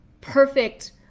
perfect